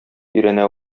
өйрәнә